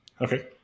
Okay